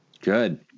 Good